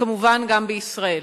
וכמובן גם בישראל.